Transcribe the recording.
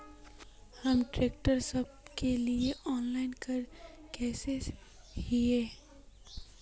हम ट्रैक्टर सब के लिए ऑनलाइन कर सके हिये?